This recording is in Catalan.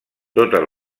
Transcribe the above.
totes